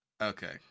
Okay